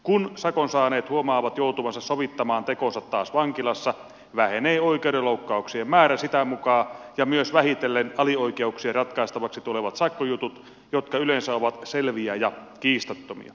kun sakon saaneet huomaavat joutuvansa sovittamaan tekonsa taas vankilassa vähenee oikeudenloukkauksien määrä sitä mukaa ja myös vähitellen alioikeuksien ratkaistavaksi tulevat sakkojutut jotka yleensä ovat selviä ja kiistattomia